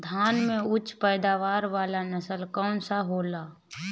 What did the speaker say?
धान में उच्च पैदावार वाला नस्ल कौन सा होखेला?